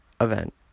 event